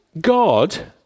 God